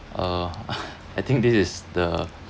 uh I think this is the